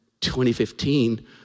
2015